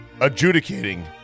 adjudicating